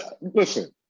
Listen